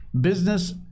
business